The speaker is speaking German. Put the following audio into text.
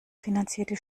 finanzierte